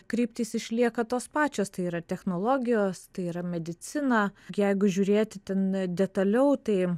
kryptys išlieka tos pačios tai yra technologijos tai yra medicina jeigu žiūrėti ten detaliau tai